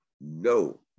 no